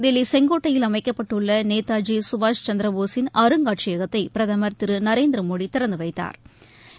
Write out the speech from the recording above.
தில்லி செங்கோட்டையில் அமைக்கப்பட்டுள்ள நேதாஜி சுபாஷ் சந்திரபோஸின் அருங்காட்சியகத்தை பிரதமர் திரு நரேந்திர மோடி திறந்து வைத்தாா்